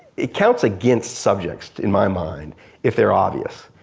it counts against subjects in my mind if they're obvious.